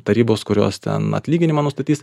tarybos kurios ten atlyginimą nustatys